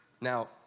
Now